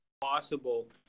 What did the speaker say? possible